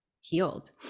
healed